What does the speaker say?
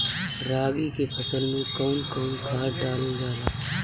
रागी के फसल मे कउन कउन खाद डालल जाला?